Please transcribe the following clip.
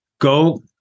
go